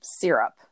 syrup